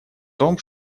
том